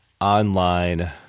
online